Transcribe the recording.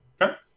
Okay